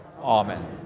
Amen